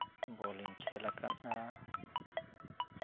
ᱵᱚᱞᱤᱧ ᱠᱷᱮᱞ ᱟᱠᱟᱫᱟ